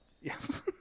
Yes